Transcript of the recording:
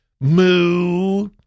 moo